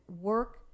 work